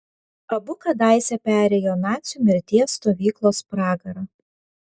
abu kadaise perėjo nacių mirties stovyklos pragarą